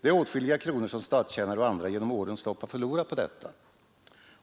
Det är åtskilliga kronor som statstjänare och andra genom årens lopp har förlorat på detta.